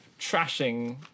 trashing